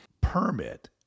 permit